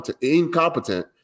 incompetent